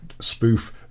spoof